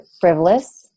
frivolous